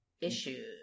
issues